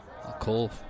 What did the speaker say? Cole